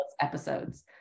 episodes